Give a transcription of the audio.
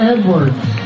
Edwards